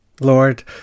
Lord